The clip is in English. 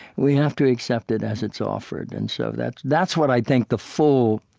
we have to accept it as it's offered. and so that's that's what i think the full